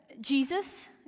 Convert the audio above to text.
Jesus